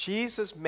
Jesus